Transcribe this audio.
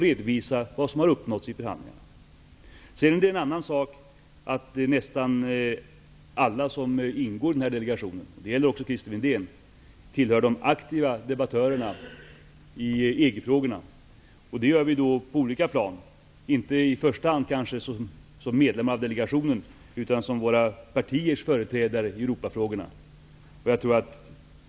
Sedan är det en annan sak att nästan alla som ingår i delegationen -- och det gäller också Christer frågorna, och de debatterna för vi då på olika plan, kanske inte i första hand som medlemmar av delegationen utan som våra partiers företrädare i Europafrågorna.